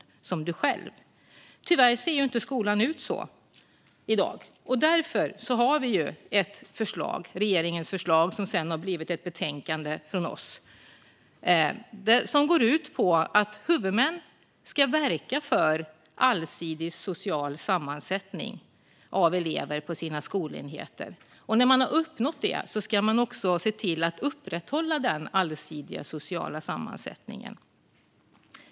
Tyvärr ser inte skolan ut så i dag. Därför har vi ett förslag från regeringen, som sedan har blivit ett betänkande från oss, som går ut på att huvudmän ska verka för en allsidig social sammansättning av elever på sina skolenheter. När man har uppnått detta ska man se till att upprätthålla den allsidiga sociala sammansättningen.